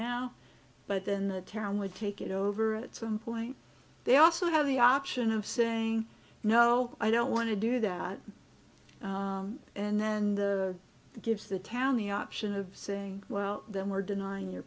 now but then the town would take it over at some point they also have the option of saying no i don't want to do that and then the gives the town the option of saying well then we're denying your